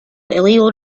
illegal